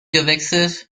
gewechselt